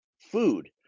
food